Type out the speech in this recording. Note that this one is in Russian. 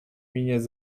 менять